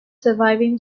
surviving